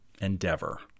endeavor